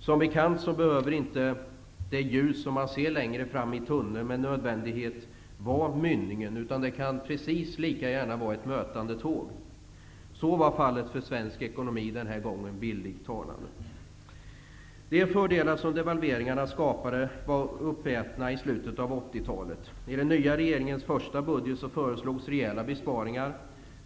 Som bekant behöver inte det ljus som man ser längre fram i tunneln med nödvändighet vara mynningen utan det kan precis lika gärna vara ett mötande tåg. Så var fallet, bildligt talat, för svensk ekonomi den här gången. De fördelar som devalveringarna skapade var uppätna i slutet av 80-talet. I den nya regeringens första budget föreslogs rejäla besparingar.